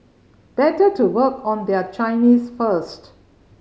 better to work on their Chinese first